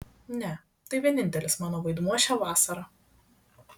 ne tai vienintelis mano vaidmuo šią vasarą